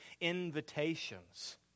invitations